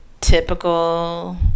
typical